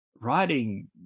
writing